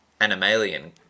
animalian